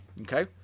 okay